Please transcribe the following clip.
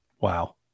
Wow